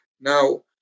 Now